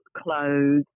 clothes